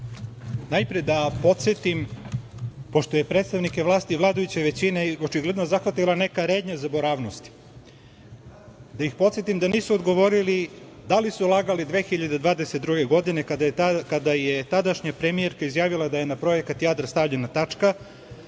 Najpre da podsetim, pošto je predstavnike vlasti i vladajuće većine zahvatila očigledno neka rednja zaboravnosti. Da ih podsetim da nisu odgovorili da li su lagali 2022. godine, kada je tadašnja premijerka izjavila da je na projekat Jadar stavljena tačka,